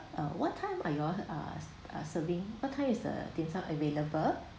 uh what time are you all uh ser~ uh serving what time is the dim sum available